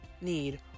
need